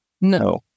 No